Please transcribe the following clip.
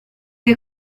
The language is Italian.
che